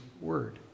word